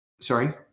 Sorry